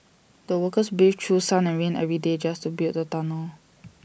the workers braved through sun and rain every day just to build the tunnel